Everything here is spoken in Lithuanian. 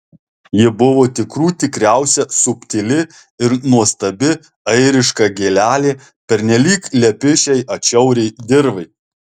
ji buvo tikrų tikriausia subtili ir nuostabi airiška gėlelė pernelyg lepi šiai atšiauriai dirvai